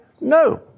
no